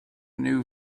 new